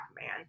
man